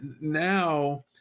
now